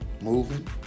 moving